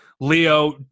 Leo